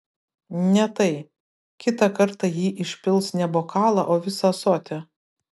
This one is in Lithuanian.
ne tai kitą kartą ji išpils ne bokalą o visą ąsotį